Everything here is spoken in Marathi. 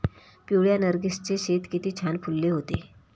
पिवळ्या नर्गिसचे शेत किती छान फुलले होते